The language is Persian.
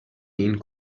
این